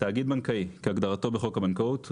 "תאגיד בנקאי" - כהגדרתו בחוק הבנקאות (רישוי),